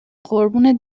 قربون